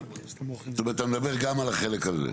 זאת אומרת אתה מדבר גם על החלק הזה.